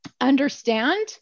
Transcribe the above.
understand